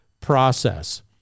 process